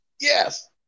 yes